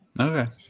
Okay